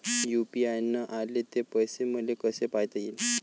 UPI न आले ते पैसे मले कसे पायता येईन?